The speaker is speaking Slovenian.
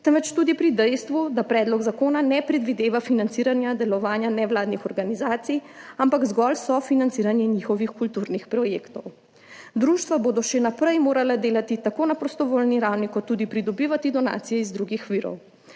temveč tudi pri dejstvu, da predlog zakona ne predvideva financiranja delovanja nevladnih organizacij, ampak zgolj sofinanciranje njihovih kulturnih projektov. Društva bodo še naprej morala delati tako na prostovoljni ravni kot tudi pridobivati donacije iz drugih virov.